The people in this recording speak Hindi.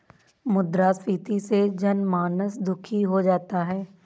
मुद्रास्फीति से जनमानस दुखी हो जाता है